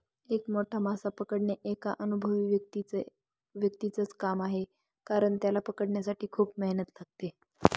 एक मोठा मासा पकडणे एका अनुभवी व्यक्तीच च काम आहे कारण, त्याला पकडण्यासाठी खूप मेहनत लागते